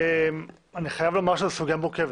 האם אפשר ללכת אחורה,